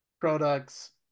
Products